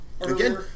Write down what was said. Again